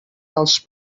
dels